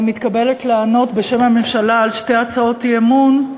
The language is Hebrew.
אני מתכבדת לענות בשם הממשלה על שתי הצעות אי-אמון,